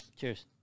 Cheers